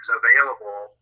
available